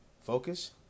focus